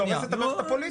זה הורס את המערכת הפוליטית.